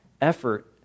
effort